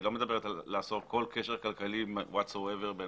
היא לא מדברת על לאסור כל קשר כלכלי שהוא בין